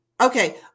Okay